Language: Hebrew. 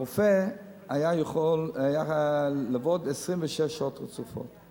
הרופא היה יכול לעבוד 26 שעות רצופות.